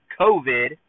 COVID